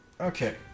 okay